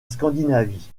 scandinavie